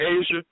Asia